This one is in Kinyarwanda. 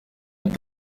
ati